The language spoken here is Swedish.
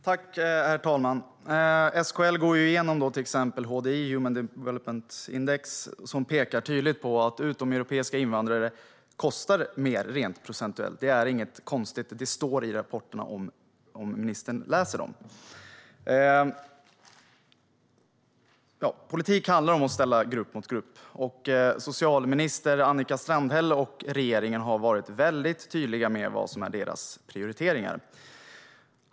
Herr talman! SKL går igenom HDI - human development index - som pekar tydligt på att utomeuropeiska invandrare kostar mer rent procentuellt. Det är inget konstigt, och det står i rapporterna - om ministern läser dem. Politik handlar om att ställa grupp mot grupp. Socialminister Annika Strandhäll och regeringen har varit tydliga med vad som är deras prioriteringar.